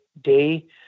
day